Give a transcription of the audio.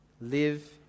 live